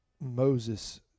Moses